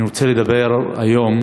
אני רוצה לדבר היום